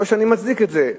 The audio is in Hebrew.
לא שאני מצדיק את זה,